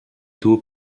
tôt